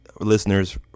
listeners